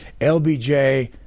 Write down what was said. LBJ